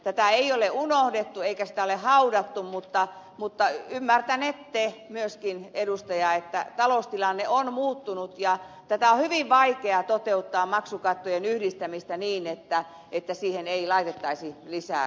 tätä ei ole unohdettu eikä sitä ole haudattu mutta ymmärtänette myöskin edustaja että taloustilanne on muuttunut ja tätä maksukattojen yhdistämistä on hyvin vaikea toteuttaa niin että siihen ei laitettaisi lisää